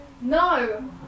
No